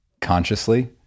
consciously